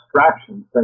abstractions